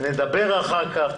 נדבר אחר כך.